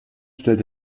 stellt